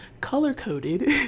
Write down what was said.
color-coded